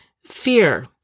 Fear